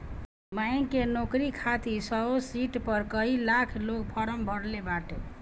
bank के नोकरी खातिर सौगो सिट पअ कई लाख लोग फार्म भरले बाटे